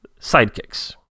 Sidekicks